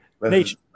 Nature